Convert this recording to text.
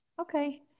Okay